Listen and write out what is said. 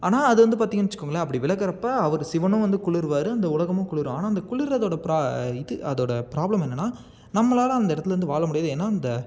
ஆனால் அது வந்து பார்த்திங்கனு வச்சுக்கோங்களேன் அப்படி விலகிறப்ப அவர் சிவனும் வந்து குளிர்வாரு அந்த உலகமும் வந்து குளிரும் ஆனால் அந்த குளிர்றதோட இது அதோட ப்ராப்ளம் என்னன்னா நம்மளால் அந்த இடத்துலேருந்து வாழமுடியாது ஏன்னா அந்த